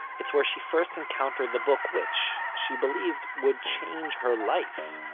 it's where she first encountered the book which she believed would change her life.